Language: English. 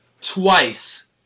twice